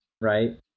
right